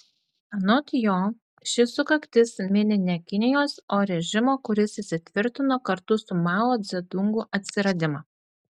anot jo ši sukaktis mini ne kinijos o režimo kuris įsitvirtino kartu su mao dzedungu atsiradimą